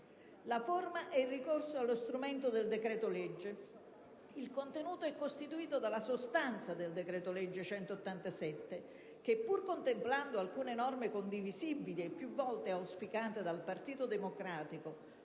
La forma è il ricorso allo strumento del decreto-legge, mentre il contenuto è costituito dalla sostanza del decreto-legge n. 187 che, pur contemplando alcune norme condivisibili e più volte auspicate dal Partito Democratico,